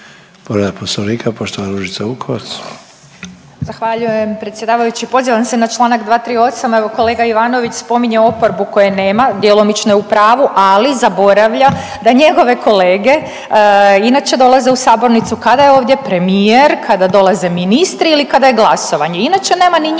**Vukovac, Ružica (Nezavisni)** Zahvaljujem predsjedavajući. Pozivam se na Članak 238., evo kolega Ivanović spominje oporbu koje nema djelomično je u pravu, ali zaboravlja da njegove kolege inače dolaze u sabornicu kada je ovdje premijer, kada dolaze ministri ili kada je glasovanje. Inače nema ni njih.